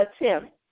attempt